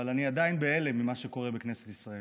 אבל אני עדיין בהלם ממה שקורה בכנסת ישראל.